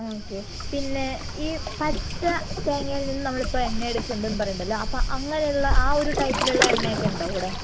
okay പിന്നെ ഈ പച്ച തേങ്ങയിൽ നിന്ന് നമ്മളിപ്പം എണ്ണ എടുക്കുന്നുടെന്ന് പറയുന്നുണ്ടല്ലോ അപ്പോൾ അങ്ങനെയുള്ള ആ ഒരു ടൈപ്പിലുള്ള എണ്ണയൊക്കെ ഉണ്ടോ ഇവിടെ